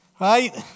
right